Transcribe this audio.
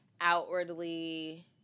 outwardly